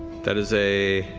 that is a